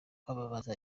kwamamaza